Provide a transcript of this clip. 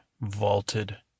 vaulted